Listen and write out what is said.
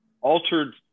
altered